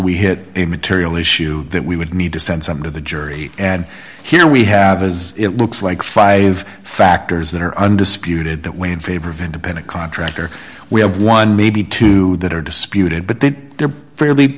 we hit the material issue that we would need to send some to the jury and here we have as it looks like five factors that are undisputed that we in favor of independent contractor we have one maybe two that are disputed but then they're fairly